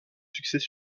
succès